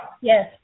Yes